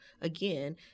again